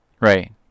right